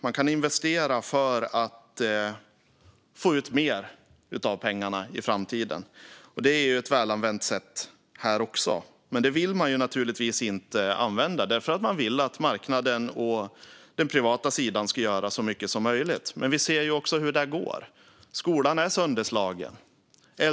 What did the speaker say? Man kan investera för att få ut mer av pengarna i framtiden. Det är ett välanvänt sätt här också, men det vill man naturligtvis inte använda eftersom man vill att marknaden och den privata sidan ska göra så mycket som möjligt. Vi ser hur det går. Skolan är sönderslagen.